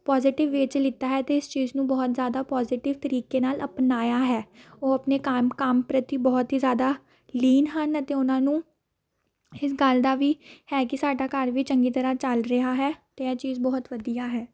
positive way 'ਚ ਲਿੱਤਾ ਹੈ ਅਤੇ ਇਸ ਚੀਜ਼ ਨੂੰ ਬਹੁਤ ਜ਼ਿਆਦਾ ਪੋਜੀਟਿਵ ਤਰੀਕੇ ਨਾਲ ਅਪਣਾਇਆ ਹੈ ਉਹ ਆਪਣੇ ਕੰਮ ਕੰਮ ਪ੍ਰਤੀ ਬਹੁਤ ਹੀ ਜ਼ਿਆਦਾ ਲੀਨ ਹਨ ਅਤੇ ਉਹਨਾਂ ਨੂੰ ਇਸ ਗੱਲ ਦਾ ਵੀ ਹੈ ਕਿ ਸਾਡਾ ਘਰ ਵੀ ਚੰਗੀ ਤਰ੍ਹਾਂ ਚੱਲ ਰਿਹਾ ਹੈ ਅਤੇ ਇਹ ਚੀਜ਼ ਬਹੁਤ ਵਧੀਆ ਹੈ